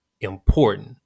important